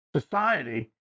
society